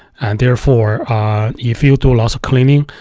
and therefore if you do lots of cleaning,